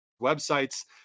websites